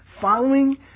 Following